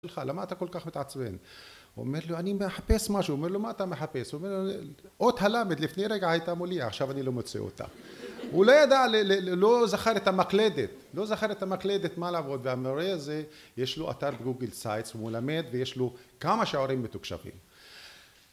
למה אתה כל כך מתעצבן? הוא אומר לו, אני מחפש משהו. הוא אומר לו, מה אתה מחפש? הוא אומר, אות הלמד לפני רגע הייתה מולי, עכשיו אני לא מוצא אותה. הוא לא ידע, לא זכר את המקלדת, לא זכר את המקלדת מה לעבוד, והמורה הזה יש לו אתר גוגל סייטס הוא מלמד ויש לו כמה שעורים מתוקשבים